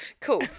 Cool